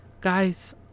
guys